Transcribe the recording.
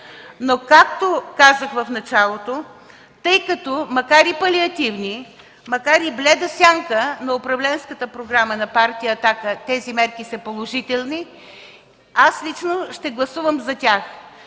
Както казах в началото, тъй като макар и палиативни, макар и бледа сянка на управленската програма на Партия „Атака”, тези мерки са положителни, аз лично ще гласувам за тях